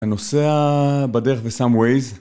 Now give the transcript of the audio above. אתה נוסע בדרך ושם ווייז